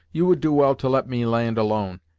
you would do well to let me land alone,